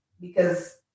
Because-